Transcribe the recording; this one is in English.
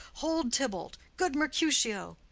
hold, tybalt! good mercutio!